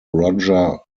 roger